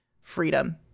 freedom